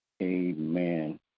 Amen